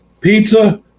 pizza